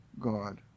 God